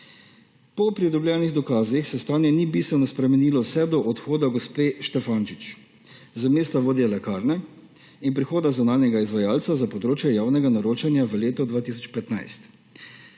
Po pridobljenih dokazih se stanje ni bistveno spremenilo vse do odhoda gospe Štefančič z mesta vodje lekarne in prihoda zunanjega izvajalca za področje javnega naročanja v letu 2015.